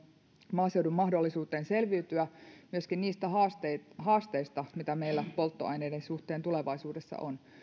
maaseudun mahdollisuuteen selviytyä myöskin niistä haasteista mitä meillä polttoaineiden suhteen tulevaisuudessa on